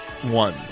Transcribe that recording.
One